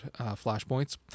flashpoints